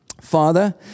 Father